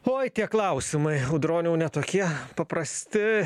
oi tie klausimai audroniau ne tokie paprasti